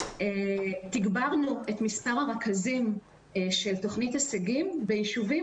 תגברנו את מספר הרכזים של תכנית הישגים ביישובים